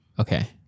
Okay